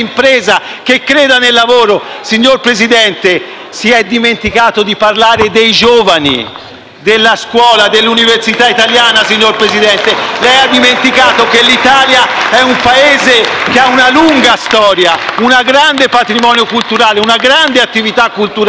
e nel lavoro. Signor Presidente, si è dimenticato di parlare dei giovani, della scuola, dell'università italiana *(Applausi dal Gruppo PD)*. Lei ha dimenticato che l'Italia è un Paese che ha una lunga storia, un grande patrimonio culturale, una grande attività culturale;